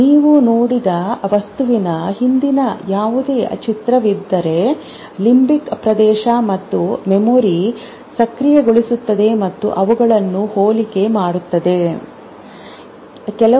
ನೀವು ನೋಡಿದ ವಸ್ತುವಿನ ಹಿಂದಿನ ಯಾವುದೇ ಚಿತ್ರವಿದ್ದರೆ ಲಿಂಬಿಕ್ ಪ್ರದೇಶ ಮತ್ತು ಮೆಮೊರಿ ಸಕ್ರಿಯಗೊಳ್ಳುತ್ತದೆ ಮತ್ತು ಅವುಗಳನ್ನು ಹೋಲಿಕೆ ಮಾಡುತದೆ